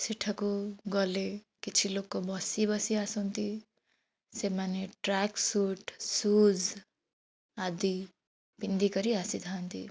ସେଠାକୁ ଗଲେ କିଛି ଲୋକ ବସି ବସି ଆସନ୍ତି ସେମାନେ ଟ୍ରାକ୍ ସୁଟ୍ ସୁଜ୍ ଆଦି ପିନ୍ଧିକରି ଆସିଥାନ୍ତି